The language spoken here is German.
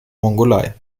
mongolei